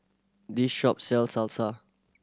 this shop sell Salsa